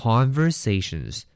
Conversations